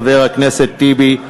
חבר הכנסת טיבי,